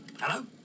Hello